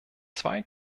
zwei